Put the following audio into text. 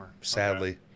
Sadly